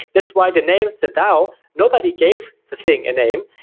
it's why the name the dao, nobody gave the thing a name.